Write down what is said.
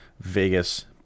Vegas